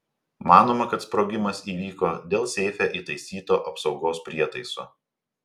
manoma kad sprogimas įvyko dėl seife įtaisyto apsaugos prietaiso